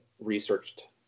researched